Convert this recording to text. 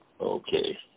Okay